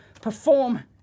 perform